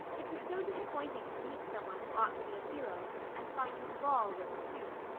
it was so disappointing to meet someone who ought to be a hero and find him bald or stooped,